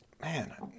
Man